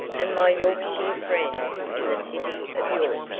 and my yorkshire friend in the city of york.